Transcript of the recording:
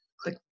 click